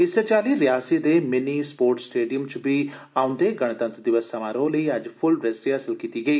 इस्सै चाल्ली रियासी दे मिनी स्पोटर्स स्टेडियम च बी औंदे गणतंत्र दिवस समारोह लेई अज्ज फुल ड्रेस रिहर्सल कीती गेई